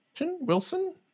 Wilson